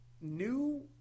new